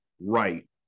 right